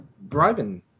bribing